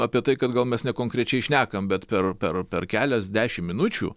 apie tai kad gal mes nekonkrečiai šnekam bet per per per keliasdešimt minučių